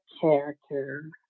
character